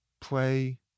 play